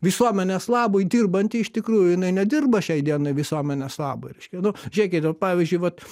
visuomenės labui dirbanti iš tikrųjų jinai nedirba šiai dienai visuomenės labui reiškia nu žiūrėkit ir pavyzdžiui vat